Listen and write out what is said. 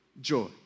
joy